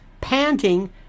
panting